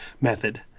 method